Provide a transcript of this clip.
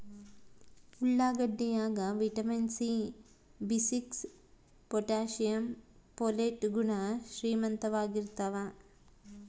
ಉಳ್ಳಾಗಡ್ಡಿ ಯಾಗ vitamin C B six potassium ಪೊಲಿಟ್ ಗುಣ ಶ್ರೀಮಂತವಾಗಿರ್ತಾವ